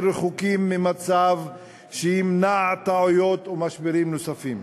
רחוקים ממצב שימנע טעויות ומשברים נוספים.